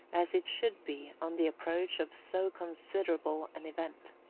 as it should be on the approach of so considerable an event.